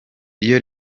iyo